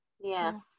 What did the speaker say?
Yes